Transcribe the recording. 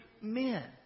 men